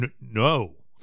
No